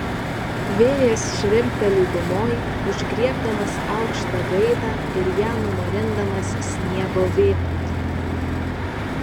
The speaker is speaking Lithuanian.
vėjas švilpia lygumoj užgriebdamas aukštą gaidą ir ją numarindamas sniego vėpūtiny